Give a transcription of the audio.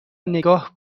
نگاه